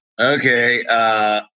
Okay